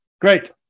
Great